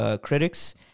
critics